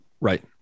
Right